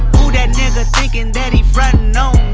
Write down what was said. who dat nigga thinkin that he frontin